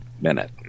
minute